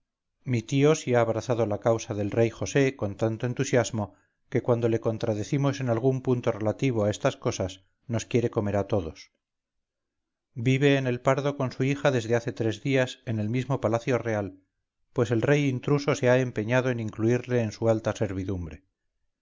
mi tío sí ha abrazado la causa del rey josé con tanto entusiasmo que cuando le contradecimos en algún punto relativo a estas cosas nos quiere comer a todos vive en el pardo con su hija desde hace tres días en el mismo palacio real pues el rey intruso se ha empeñado en incluirle en su alta servidumbre